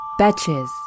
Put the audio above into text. Betches